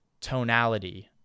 tonality